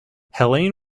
helene